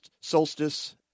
solstice